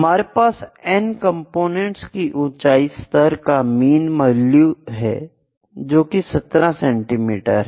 हमारे पास n components की ऊंचाई स्तर का मीन वैल्यू है जो कि 17 सेंटीमीटर है